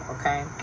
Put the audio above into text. okay